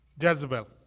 Jezebel